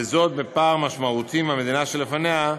וזאת בפער משמעותי מהמדינה שלפניה,